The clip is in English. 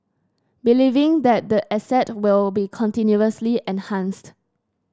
believing that the asset will be continuously enhanced